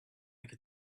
could